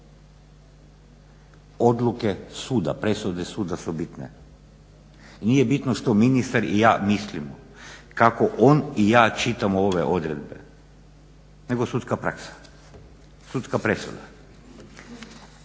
odluke suda, presude suda su bitne. I nije bitno što ministar i ja mislimo, kako on i ja čitamo ove odredbe, nego sudska praksa, sudska presuda.